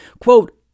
Quote